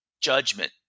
judgment